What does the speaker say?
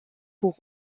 pour